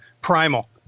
primal